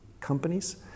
companies